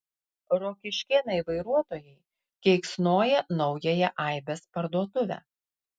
rokiškėnai vairuotojai keiksnoja naująją aibės parduotuvę